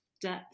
depth